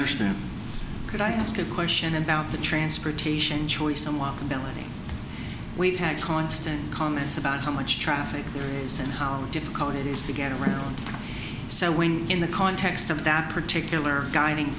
understand could i ask a question about the transportation choice some walkability we've had constant comments about how much traffic is and how difficult it is to get around so when in the context of that particular guiding